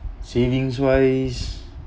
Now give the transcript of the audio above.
savings-wise